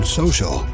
social